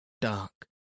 dark